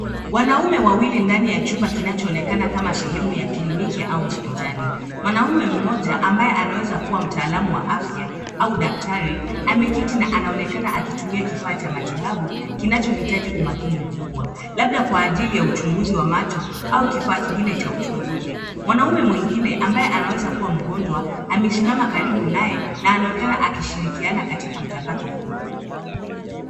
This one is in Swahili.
Wanaume wawili ndani ya chumba kinachoonekana kama sehemu ya kliniki au hospitali. Mwanaume mmoja ambaye anaweza kuwa mtaalam wa afya, au daktari, ameketi na anaonekana akitumia kifaa cha matitabu kinachohitaji umakini mkubwa, labda kwa ajili ya uchunguzi wa macho au kifaa kingine cha uchunguzi. Mwanaume mwingine ambaye anaweza kuwa mgonjwa, amesimama karibu naye na anaonekana akishirikiana katika mchakato huo.